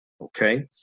Okay